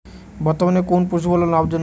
বর্তমানে কোন পশুপালন লাভজনক?